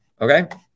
Okay